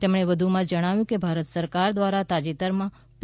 તેમણે વધુમાં જણાવ્યુ છે કે ભારત સરકાર દ્વારા તાજેતરમાં પી